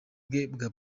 ubuzima